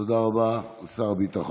תודה רבה, כבוד שר הביטחון.